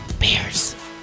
bears